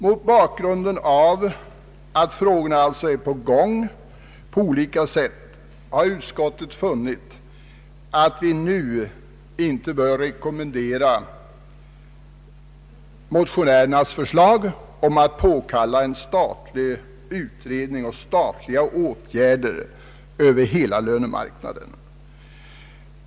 Mot bakgrund av att frågorna alltså är på gång på olika sätt har utskottet funnit att vi nu inte bör rekommendera motionärernas förslag om att påkalla en statlig utredning och statliga åtgärder över hela lönemarknaden.